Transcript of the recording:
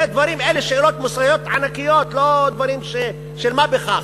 אלה שאלות מוסריות ענקיות, לא דברים של מה בכך,